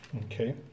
Okay